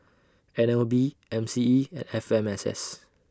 N L B M C E and F M S S